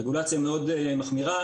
רגולציה מאוד מחמירה,